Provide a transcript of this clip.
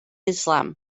islam